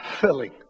filling